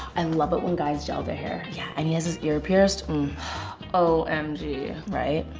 and love it when guys gel their hair. yeah, and he has his ear pierced o m g. right?